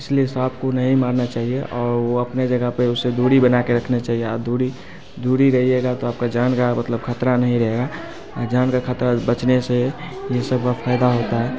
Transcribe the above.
इसलिए साँप को नहीं मारना चाहिए और वो अपने जगह पे उससे दूरी बना के रखने चाहिए औ दूरी दूरी ही रहिएगा तो आपका जान का मतलब खतरा नहीं रहेगा जान का खतरा बचने से ये सब का फयदा होता है